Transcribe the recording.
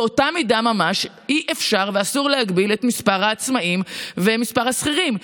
באותה מידה ממש אי-אפשר ואסור להגביל את מספר העצמאים ומספר השכירים.